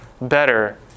better